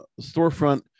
storefront